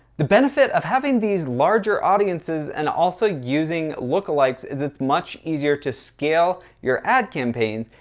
the benefit of having these larger audiences and also using look alikes is it's much easier to scale your ad campaigns.